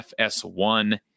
FS1